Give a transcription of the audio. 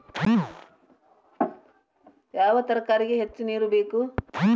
ಯಾವ ತರಕಾರಿಗೆ ಹೆಚ್ಚು ನೇರು ಬೇಕು?